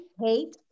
hate